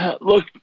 Look